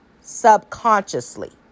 subconsciously